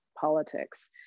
politics